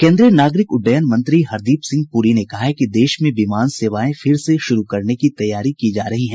केन्द्रीय नागरिक उड्डयन मंत्री हरदीप सिंह पुरी ने कहा है कि देश में विमान सेवाएं फिर से शुरू करने की तैयारी की जा रही है